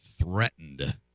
threatened